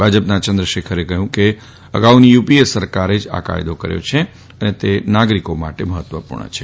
ભાજ ના ચંદ્રશેખરે કહ્યું કે અગાઉની યુ ીએ સરકારે જ આ કાથદો કર્યો છે અને તે નાગરિકો માટે મહત્વપૂર્ણ છે